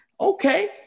okay